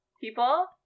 people